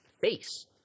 face